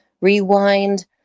rewind